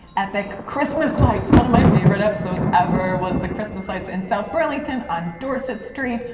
epic christmas lights, one of my favorite episodes ever was the christmas lights in south burlington on dorset street.